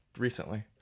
recently